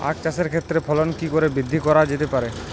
আক চাষের ক্ষেত্রে ফলন কি করে বৃদ্ধি করা যেতে পারে?